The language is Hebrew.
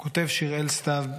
כותב שיראל סתיו,